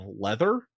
leather